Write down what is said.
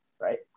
Right